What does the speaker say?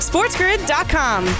SportsGrid.com